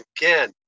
again